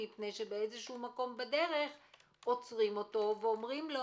כי באיזה מקום בדרך עוצרים אותו ואומרים לו: